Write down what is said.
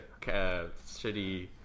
shitty